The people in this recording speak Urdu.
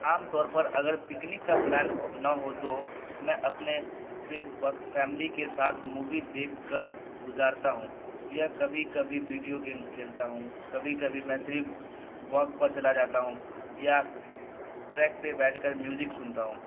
عام طور پر اگر پکنک کا پلان ہو نہ ہو تو میں اپنے فری وقت فیملی کے ساتھ مووی دیکھ کر گزارتا ہوں یا کبھی کبھی ویڈیو گیمز کھیلتا ہوں کبھی کبھی میں صرف واک پر چلا جاتا ہوں یا ٹریک پہ بیٹھ کر میوزک سنتا ہوں